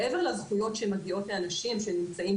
מעבר לזכויות שמגיעות לאנשים שנמצאים